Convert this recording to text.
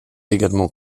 également